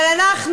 אבל אנחנו